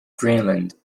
greenland